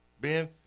Ben